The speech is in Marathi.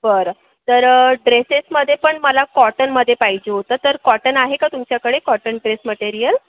बरं तर ड्रेसेसमध्ये पण मला कॉटनमध्ये पाहिजे होतं तर कॉटन आहे का तुमच्याकडे कॉटन ड्रेस मटेरिअल